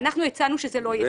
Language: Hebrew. אנחנו הצענו שזה לא יהיה חובה.